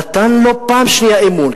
שנתן לו פעם שנייה אמון,